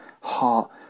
heart